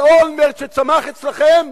על אולמרט, שצמח אצלכם,